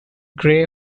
gray